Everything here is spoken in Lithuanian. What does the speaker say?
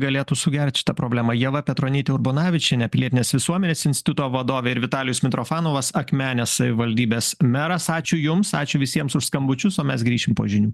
galėtų sugert šitą problemą ieva petronytė urbonavičienė pilietinės visuomenės instituto vadovė ir vitalijus mitrofanovas akmenės savivaldybės meras ačiū jums ačiū visiems už skambučius o mes grįšim po žinių